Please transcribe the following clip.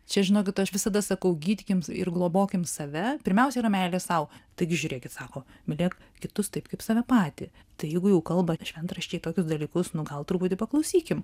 čia žinokit aš visada sakau gydykim ir globokim save pirmiausia yra meilė sau taigi žiūrėkit sako mylėk kitus taip kaip save patį tai jeigu jau kalba šventraščiai tokius dalykus nu gal truputį paklausykim